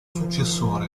successore